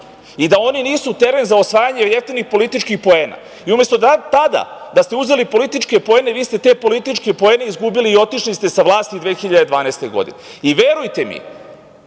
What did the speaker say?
i da oni nisu teren za osvajanje jeftinih političkih poena. I umesto tada da ste uzeli političke poene, vi ste te političke poene izgubili i otišli ste sa vlasti 2012. godine. Verujete mi,